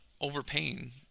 overpaying